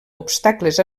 obstacles